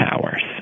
powers